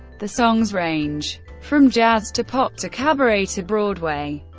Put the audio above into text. the songs range from jazz to pop to cabaret to broadway.